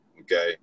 okay